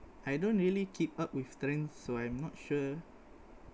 I don't really keep up with trends so I'm not sure